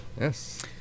Yes